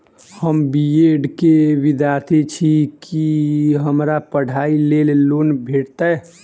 हम B Ed केँ विद्यार्थी छी, की हमरा पढ़ाई लेल लोन भेटतय?